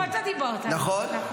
גם אתה דיברת, נכון?